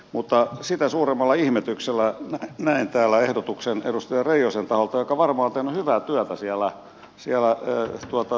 mutta sitä suuremmalla ihmetyksellä näen täällä ehdotuksen edustaja reijosen taholta joka varmaan on tehnyt hyvää työtä siellä näitä rahoja jaettaessa